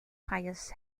highest